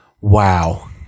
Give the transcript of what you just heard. Wow